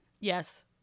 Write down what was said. Yes